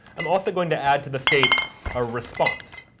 i'm also going to add to the state a response,